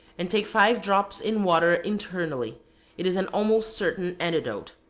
and take five drops in water internally it is an almost certain antidote.